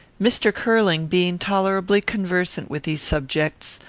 mr. curling, being tolerably conversant with these subjects,